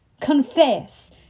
Confess